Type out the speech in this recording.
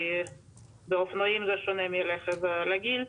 באופנועים זה שונה מרכב רגיל.